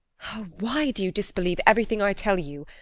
oh! why do you disbelieve everything i tell you?